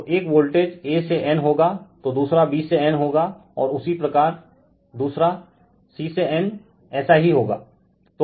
तो एक voltage a से n होगातो दूसरा b से n होगा उसी प्रकार दूसरा c से n ऐसा ही होगा